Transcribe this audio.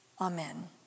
Amen